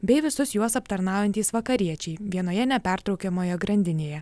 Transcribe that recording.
bei visus juos aptarnaujantys vakariečiai vienoje nepertraukiamoje grandinėje